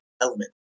element